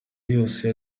yose